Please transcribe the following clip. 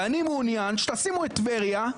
ואני מעוניין שתשימו את טבריה.